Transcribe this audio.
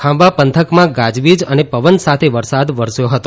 ખાંભા પંથકમાં ગાજવીજ અને પવન સાથે વરસાદ વરસ્યો હતો